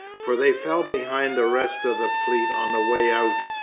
for they fell behind the rest of the fleet on the way out,